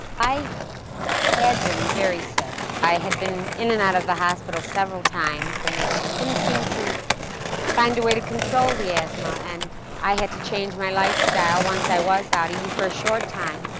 i had been very sick. i had been in and out of the hospital, several times. and they couldn't seem to find a way to control the asthma, and i had to change my lifestyle once i was out even for a short time,